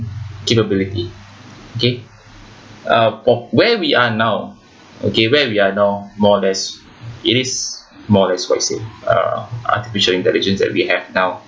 capability okay uh for where we are now okay where we are now more or less it is more how do I say uh artificial intelligence that we have now